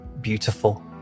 beautiful